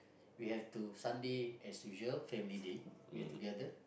we have to Sunday as usual family day we're together